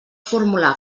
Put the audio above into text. formular